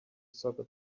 soccer